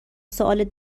سوال